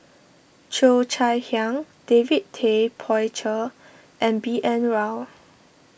Cheo Chai Hiang David Tay Poey Cher and B N Rao